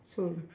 so